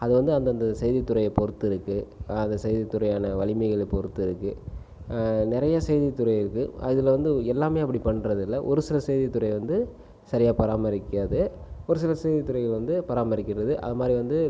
அது வந்து அந்தந்த செய்தித்துறையை பொறுத்து இருக்குது அந்த செய்தித்துறையானால் வலிமைகளை பொறுத்து இருக்குது நிறைய செய்தித்துறை இருக்குது அதில் வந்து எல்லாமே அப்படி பண்ணுறதில்ல ஒரு சில செய்தித்துறை வந்து சரியாக பராமரிக்காது ஒரு சில செய்தித்துறை வந்து பராமரிக்கிறது அது மாதிரி வந்து